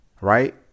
right